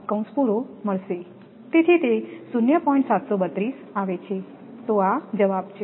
732 આવે છેતો આ જવાબ છે